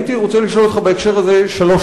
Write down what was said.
הייתי רוצה לשאול אותך בהקשר הזה שלוש